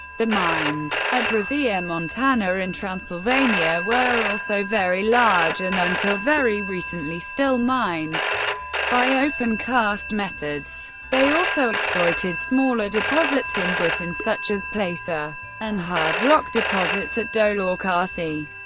the mines at rosia montana in transylvania were also very large, and until very recently, still mined by opencast methods. they also exploited smaller deposits in britain, such as placer and hard-rock deposits at dolaucothi.